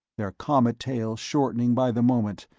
their comet-tails shortening by the moment,